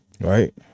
Right